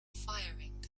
firing